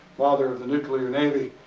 father of the nuclear navy,